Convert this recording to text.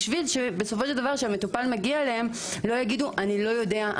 בשביל שבסופו של דבר כשהמטופל מגיע אליהם לא יגידו: אני לא יודע,